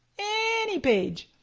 any page.